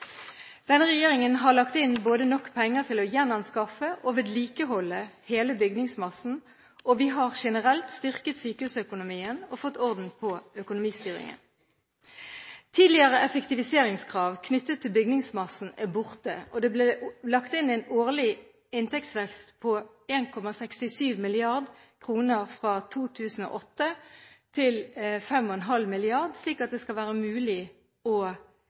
Denne regjeringen har lagt inn nok penger til både å gjenanskaffe og vedlikeholde hele bygningsmassen, og vi har generelt styrket sykehusøkonomien og fått orden på økonomistyringen. Tidligere effektiviseringskrav knyttet til bygningsmassen er borte, og det ble lagt inn en årlig inntektsvekst på 1,67 mrd. kr fra 2008 – til 5,5 mrd. kr – slik at det skal være mulig å